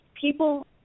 people